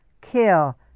kill